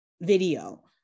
video